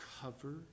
cover